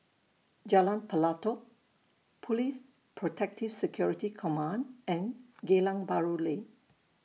Jalan Pelatok Police Protective Security Command and Geylang Bahru Lane